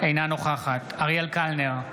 אינה נוכחת אריאל קלנר,